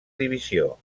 divisió